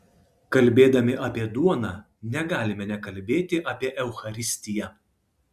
kalbėdami apie duoną negalime nekalbėti apie eucharistiją